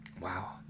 wow